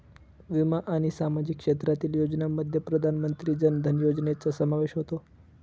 विमा आणि सामाजिक क्षेत्रातील योजनांमध्ये प्रधानमंत्री जन धन योजनेचा समावेश होतो